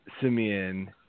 Simeon